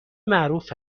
معروف